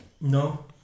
No